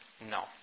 No